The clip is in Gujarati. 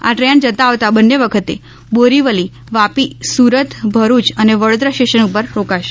આ દ્રેન જતા આવતા બન્ને વખતે બોરીવલીવાપીસુરતભરુચ અને વડોદરા સ્ટેશન પર રોકાશે